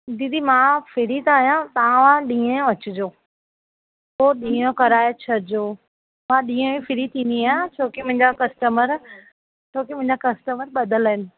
दीदी मां फिरी त आहियां तव्हां ॾींहु जो अचिजो पोइ ॾींहु जो कराइ छॾिजो मां ॾींहु जो फिरी थींदी आहियां छोकि मुंहिजा कस्टमर छोकि मुंहिजा कस्टमर ॿधल आहिनि